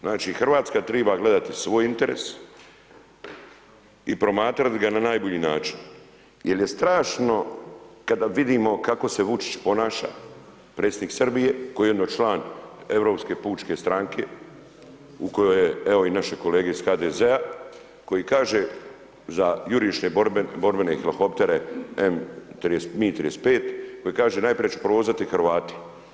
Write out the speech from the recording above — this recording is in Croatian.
Znači Hrvatska triba gledati svoj interes i promatrat ga na najbolji način jer je strašno kada vidimo kako se Vučić ponaša, predsjednik Srbije koji je ujedno član Europske pučke stranke, u kojoj evo i naše kolege iz HDZ-a koji kaže za jurišne borbene helihoptere M MI35 koji kaže najprije ću provozati Hrvate.